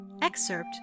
Excerpt